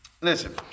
Listen